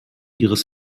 ihres